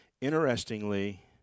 Interestingly